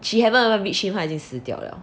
she haven't even reach him 她已经死掉 liao